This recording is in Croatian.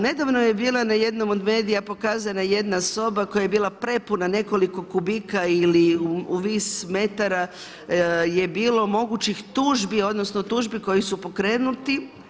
Nedavno je bila na jednom od medija pokazana jedna soba koja je bila prepuna nekoliko kubika ili u vis metara je bilo mogućih tužbi, odnosno tužbi koji su pokrenuti.